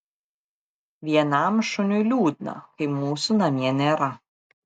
vienam šuniui liūdna kai mūsų namie nėra